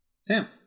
Sam